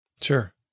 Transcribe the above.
Sure